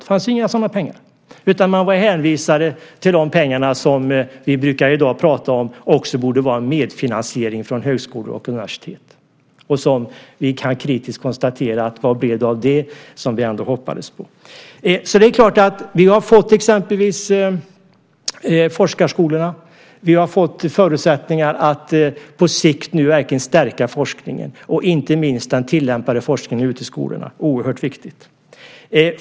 Det fanns inga sådana pengar, utan man var hänvisad till de pengar som vi brukar prata om som medfinansiering från högskolor och universitet och där vi nu kan kritiskt konstatera och fråga: Vad blev det av det som vi ändå hoppades på? Vi har fått exempelvis forskarskolorna, och vi har fått förutsättningar att på sikt verkligen stärka forskningen, inte minst den tillämpade forskningen ute i skolorna. Det är oerhört viktigt.